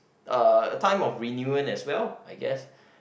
uh a time of reunion as well I guess